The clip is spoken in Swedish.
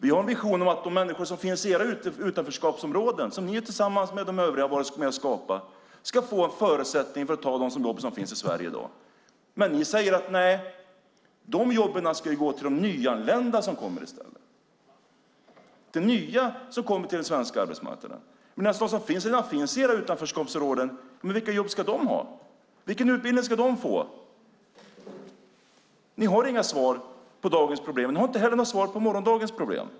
Vi har en vision om att de människor som finns i era utanförskapsområden, som ni tillsammans med de övriga har skapat, ska få en förutsättning att ta de jobb som finns i Sverige i dag. Men ni säger att de jobben ska gå till de nyanlända - de nya som kommer till den svenska arbetsmarknaden. Men vilka jobb ska de som redan finns i era utanförskapsområden ha? Vilken utbildning ska de få? Ni har inga svar på dagens problem, och ni har inte heller svar på morgondagens problem.